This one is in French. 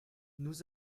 nous